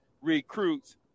recruits